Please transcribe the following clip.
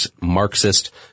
Marxist